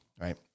right